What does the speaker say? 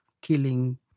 killing